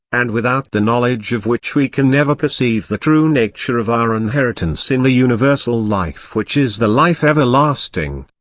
and without the knowledge of which we can never perceive the true nature of our inheritance in the universal life which is the life everlasting.